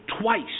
twice